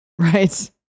Right